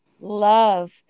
love